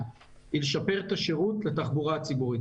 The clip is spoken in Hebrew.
היתה לשפר את השירות לתחבורה הציבורית.